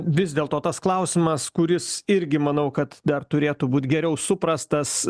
vis dėl to tas klausimas kuris irgi manau kad dar turėtų būt geriau suprastas